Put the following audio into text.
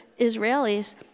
Israelis